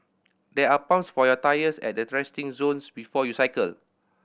there are pumps for your tyres at the resting zones before you cycle